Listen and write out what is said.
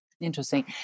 Interesting